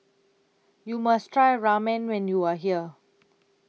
YOU must Try Ramen when YOU Are here